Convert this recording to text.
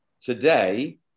today